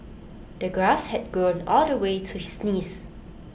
the grass had grown all the way to his knees